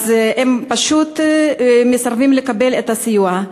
אז הם פשוט מסרבים לתת את הסיוע.